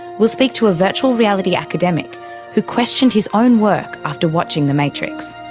we'll speak to a virtual reality academic who questioned his own work after watching the matrix.